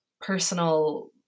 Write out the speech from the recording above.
personal